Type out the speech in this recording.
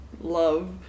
love